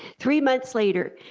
three months later,